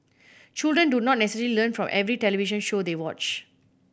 children do not necessarily learn from every television show they watch